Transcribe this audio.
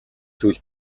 зүйл